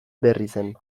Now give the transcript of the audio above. berrizen